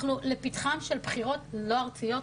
אנחנו לפתחן של בחירות לא ארציות,